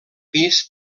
pis